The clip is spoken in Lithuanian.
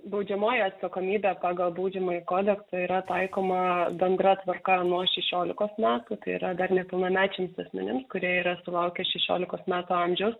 baudžiamoji atsakomybė pagal baudžiamąjį kodeksą yra taikoma bendra tvarka nuo šešiolikos metų tai yra dar nepilnamečiams asmenimis kurie yra sulaukę šešiolikos metų amžiaus